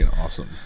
awesome